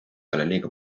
liiga